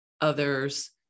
others